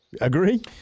Agree